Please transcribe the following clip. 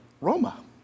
Roma